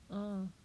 oh